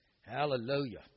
Hallelujah